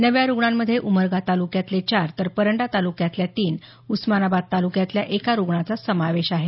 नव्या रुग्णांमधे उमरगा तालुक्यातले चार तर परंडा तालुक्यातल्या तीन तर उस्मानाबाद तालुक्यातल्या एका रुग्णाचा समावेश आहे